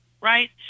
right